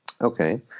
Okay